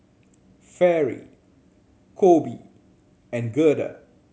Fairy Coby and Gerda